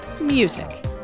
music